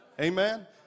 Amen